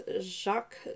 Jacques